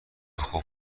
خوب